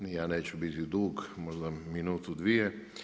Ni ja neću biti dug, možda minutu, dvije.